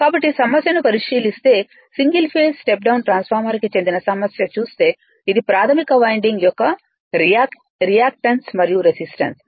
కాబట్టి 'సమస్యను పరిశీలిస్తే single phase step down transformer కి చెందిన సమస్య చూస్తే ఇది ప్రాధమిక వైండింగ్ యొక్క రియాక్టన్స్ మరియు రెసిస్టెన్స్